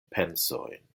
pensojn